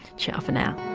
chow for now